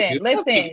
listen